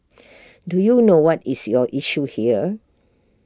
do you know what is your issue here